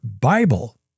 Bible